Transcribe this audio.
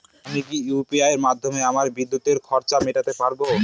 আমি কি ইউ.পি.আই মাধ্যমে আমার বিদ্যুতের খরচা মেটাতে পারব?